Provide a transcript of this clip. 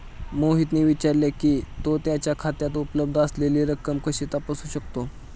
मोहितने विचारले की, तो त्याच्या खात्यात उपलब्ध असलेली रक्कम कशी तपासू शकतो?